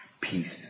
peace